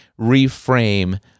reframe